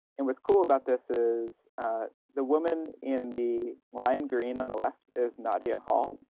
and what's cool about this is the woman in the lime green on the left is nadia hall.